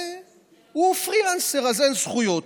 הוא פרילנסר, אז אין זכויות.